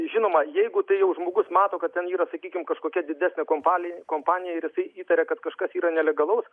žinoma jeigu tai jau žmogus mato kad ten yra sakykim kažkokia didesnė kompani kompanija ir jisai įtaria kad kažkas yra nelegalaus